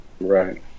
Right